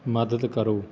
ਮਦਦ ਕਰੋ